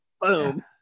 boom